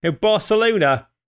Barcelona